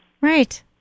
Right